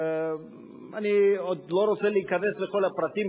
אני עוד לא רוצה להיכנס לכל הפרטים,